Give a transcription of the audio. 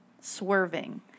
Swerving